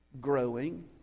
growing